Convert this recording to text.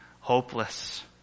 hopeless